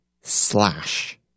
slash